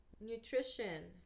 nutrition